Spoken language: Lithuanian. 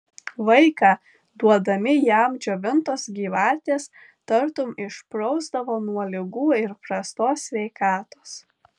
vaiką duodami jam džiovintos gyvatės tartum išprausdavo nuo ligų ir prastos sveikatos